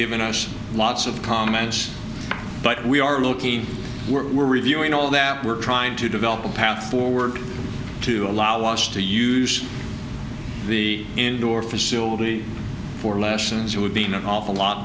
given us lots of comments but we are looking we're reviewing all that we're trying to develop a path forward to allow us to use the indoor facility for lessons would be in an awful lot